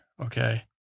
okay